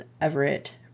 Everett